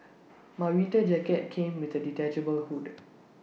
my winter jacket came with A detachable hood